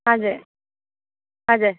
हजुर हजुर